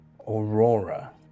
Aurora